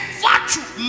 virtue